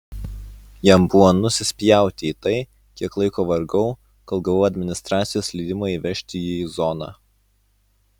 jam buvo nusispjauti į tai kiek laiko vargau kol gavau administracijos leidimą įvežti jį į zoną